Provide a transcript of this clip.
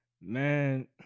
Man